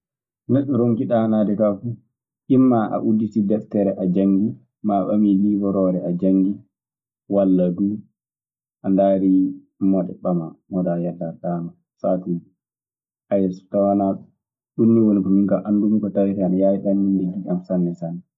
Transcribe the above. Neɗɗo ronki ɗaanaade kaa fuu, immaa a udditii deftere a janngii ma a ɓami liiworoore a janngii, walla a ndaari moɗe ɓamaa moɗaa yalla aɗa ɗannoo, saatuuje. Ɗum nii woni ko anndumi ko tawetee ana yaawi ɗanninde giƴam sanne sanne.